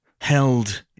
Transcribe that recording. Held